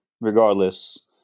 regardless